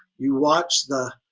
you watch the,